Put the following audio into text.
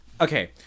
okay